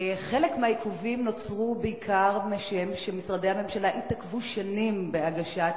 חלק מהעיכובים נוצרו בעיקר משום שמשרדי הממשלה התעכבו שנים בהגשת